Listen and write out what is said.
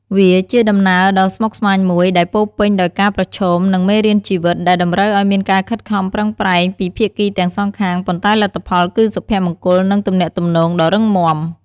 វាជាដំណើរដ៏ស្មុគស្មាញមួយ ដែលពោរពេញដោយការប្រឈម និងមេរៀនជីវិត ដែលតម្រូវឱ្យមានការខិតខំប្រឹងប្រែងពីភាគីទាំងសងខាង ប៉ុន្តែលទ្ធផលគឺសុភមង្គល និងទំនាក់ទំនងដ៏រឹងមាំ។